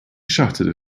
shuttered